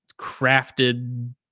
crafted